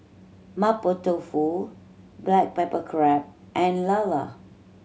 Mapo Tofu black pepper crab and lala